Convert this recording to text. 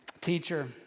Teacher